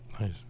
Nice